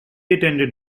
attended